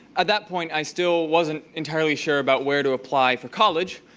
at that point i still wasn't entirely sure about where to apply for college,